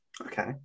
Okay